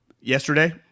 yesterday